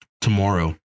Tomorrow